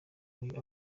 uyu